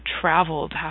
traveled